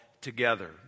together